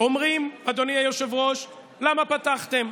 אומרים, אדוני היושב-ראש: למה פתחתם?